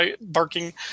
barking